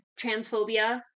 Transphobia